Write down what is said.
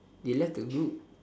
they left the group